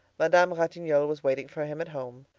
madame ratignolle was waiting for him at home.